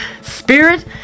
spirit